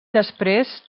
després